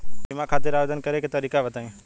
बीमा खातिर आवेदन करे के तरीका बताई?